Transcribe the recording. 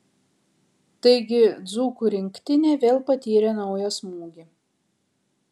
taigi dzūkų rinktinė vėl patyrė naują smūgį